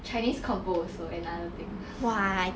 chinese compos also another thing